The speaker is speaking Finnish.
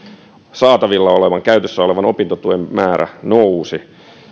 saatavilla olevan käytössä olevan opintotuen määrä nousi